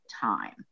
time